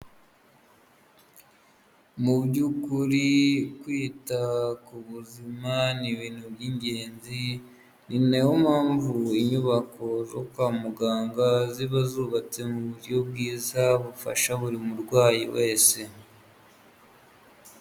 Mu by'ukuri kwita ku buzima ni ibintu by'ingenzi, ni nayo mpamvu inyubako zo kwa muganga ziba zubatse mu buryo bwiza bufasha buri murwayi wese.